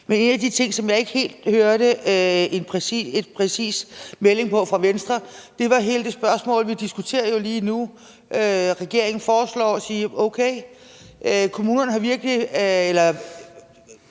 en af de ting, som jeg ikke helt hørte en præcis melding på fra Venstre, var hele det spørgsmål, vi diskuterer lige nu, hvor regeringen foreslår at sige: Okay, ude lokalt har man virkelig